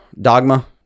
dogma